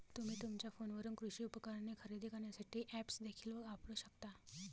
तुम्ही तुमच्या फोनवरून कृषी उपकरणे खरेदी करण्यासाठी ऐप्स देखील वापरू शकता